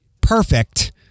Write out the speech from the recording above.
perfect